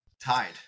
tied